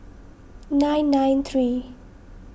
nine nine three